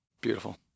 Beautiful